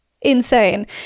insane